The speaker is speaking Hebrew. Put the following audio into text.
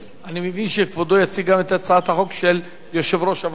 אני מבין שכבודו יציג גם את הצעת החוק של יושב-ראש הוועדה,